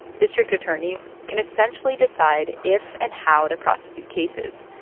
district attorneys can essentially decide if and how to prosecute cases.